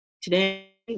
Today